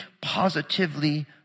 positively